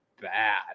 bad